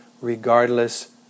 regardless